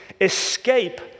escape